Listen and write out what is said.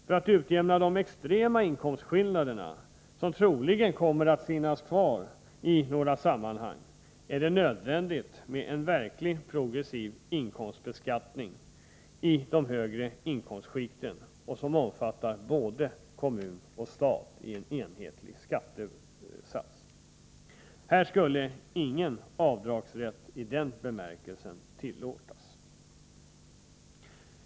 För att utjämna de extrema inkomstskillnader som troligen kommer att finnas kvar i några sammanhang blir det nödvändigt med en verkligt progressiv inkomstbeskattning i de högre inkomstskikten, med en för både statlig och kommunal inkomstbeskattning enhetlig skattesats. Här skulle ingen avdragsrätt, i berörd bemärkelse, tillåtas.